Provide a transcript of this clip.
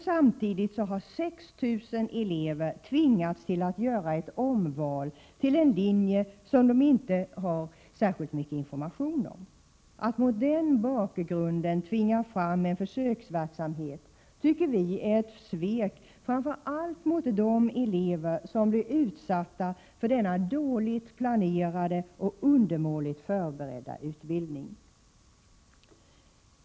Samtidigt har 6 000 elever tvingats till att göra ett omval till en linje som de inte kan få särskilt mycket information om. Att mot den bakgrunden tvinga fram en försöksverksamhet är ett svek framför allt mot de elever som blir utsatta för denna dåligt planerade och undermåligt förberedda utbildning.